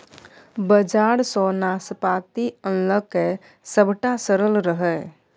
बजार सँ नाशपाती आनलकै सभटा सरल रहय